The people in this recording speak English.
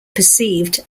perceived